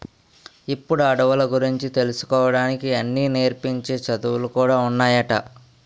ఇప్పుడు అడవుల గురించి తెలుసుకోడానికి అన్నీ నేర్పించే చదువులు కూడా ఉన్నాయట